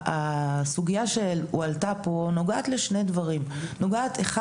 הסוגיה שהועלתה פה נוגעת לשני דברים: אחד,